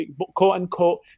quote-unquote